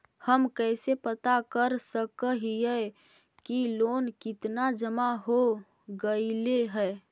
हम कैसे पता कर सक हिय की लोन कितना जमा हो गइले हैं?